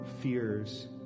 fears